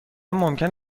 ممکن